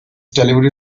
delivery